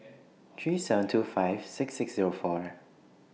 three seven two five six six Zero four